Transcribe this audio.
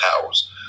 powers